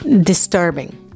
disturbing